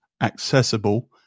accessible